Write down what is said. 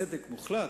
בצדק מוחלט,